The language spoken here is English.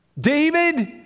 David